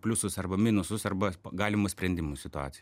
pliusus arba minusus arba galimų sprendimų situaciją